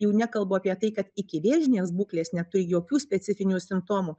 jau nekalbu apie tai kad ikivėžinės būklės neturi jokių specifinių simptomų